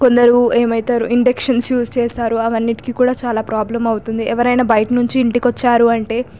కొందరు ఏమైతరు inductions use చేస్తారు అవ్వన్నిటికీ కూడా చాలా ప్రాబ్లెమ్ అవుతుంది ఎవరైనా బయట నుంచి ఇంటికొచ్చారు అంటే